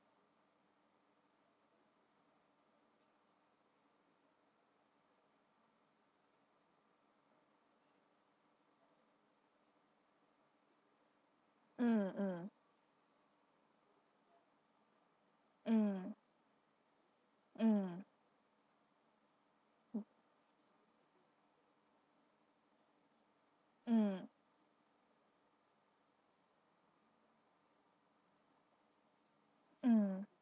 mm mm mm mm mm mm